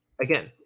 again